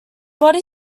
body